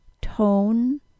Tone